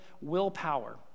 willpower